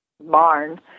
barn